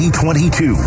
2022